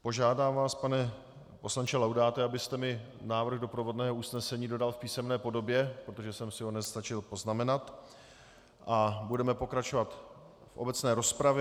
Požádám vás, pane poslanče Laudáte, abyste mi návrh doprovodného usnesení dodal v písemné podobě, protože jsem si ho nestačil poznamenat, a budeme pokračovat v obecné rozpravě.